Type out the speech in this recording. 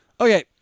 Okay